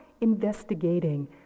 investigating